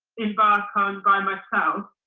embark on by myself